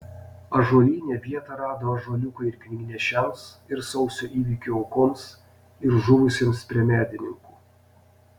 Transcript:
ąžuolyne vietą rado ąžuoliukai ir knygnešiams ir sausio įvykių aukoms ir žuvusiems prie medininkų